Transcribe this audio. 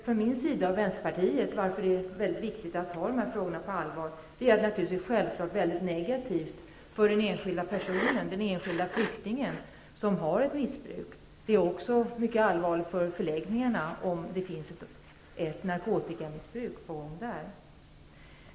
För mig och Vänsterpartiet har det känts väldigt viktigt att ta de här frågorna på allvar, för naturligtvis är det mycket negativt för den enskilda person, den enskilda flykting, som missbrukar. Men det är ju också mycket allvarligt för förläggningarna om det förekommer missbruk av narkotika även där.